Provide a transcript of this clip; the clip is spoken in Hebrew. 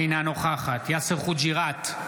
אינה נוכחת יאסר חוג'יראת,